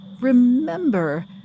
remember